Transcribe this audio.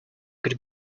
could